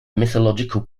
mythological